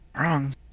Wrong